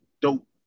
dope